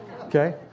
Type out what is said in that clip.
okay